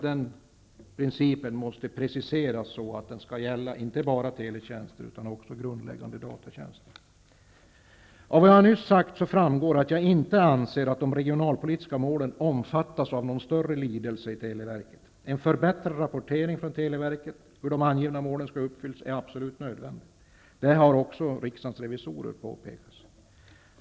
Den principen måste preciseras och gälla inte bara teletjänster utan även grundläggande datatjänster. Av vad jag nu har sagt framgår att jag inte anser att de regionalpolitiska målen omfattas av någon större lidelse i televerket. En förbättrad rapportering från televerket om hur de angivna målen uppfyllts är absolut nödvändig. Detta har också riksdagens revisorer påpekat.